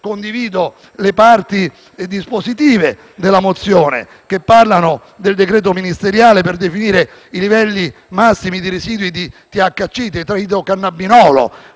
condivido le parti dispositive della mozione, che parlano del decreto ministeriale per definire i livelli massimi di residui di THC (tetraidrocannabinolo),